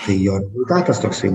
tai jo rezultatas toksai